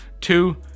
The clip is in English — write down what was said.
Two